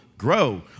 grow